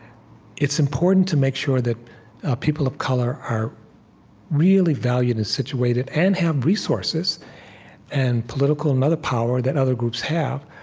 it's important to make sure that people of color are really valued and situated and have resources and political and other power that other groups have.